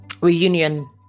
reunion